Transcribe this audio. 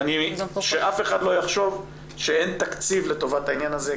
שאף אחד לא יחשוב שאין תקציב לטובת העניין הזה,